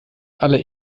aller